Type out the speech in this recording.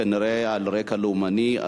כנראה על רקע לאומני,